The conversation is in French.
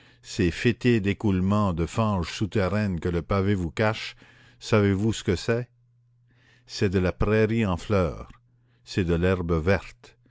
ces fétides écoulements de fange souterraine que le pavé vous cache savez-vous ce que c'est c'est de la prairie en fleur c'est de l'herbe verte